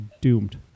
doomed